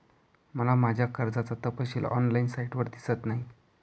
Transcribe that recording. मला माझ्या कर्जाचा तपशील ऑनलाइन साइटवर दिसत नाही